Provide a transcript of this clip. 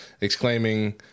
exclaiming